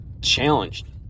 challenged